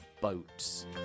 boats